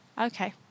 Okay